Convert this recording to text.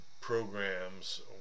programs